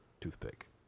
toothpick